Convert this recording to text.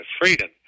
freedom